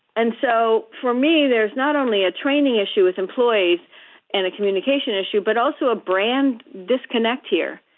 and so for me, there's not only a training issue with employees and a communication issue, but also a brand disconnect here.